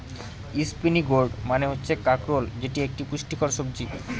spiny gourd মানে হচ্ছে কাঁকরোল যেটি একটি পুষ্টিকর সবজি